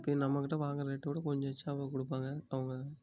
எப்படியும் நம்மக்கிட்ட வாங்கின ரெட்டோட கொஞ்சம் எக்ஸ்சவா கொடுப்பாங்க அவங்க